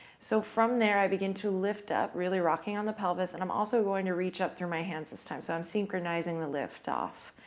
so, from there i begin to lift up, really rocking on the pelvis, and i'm also going to reach up through my hands this time, so i'm synchronizing the lift off.